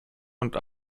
und